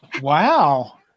Wow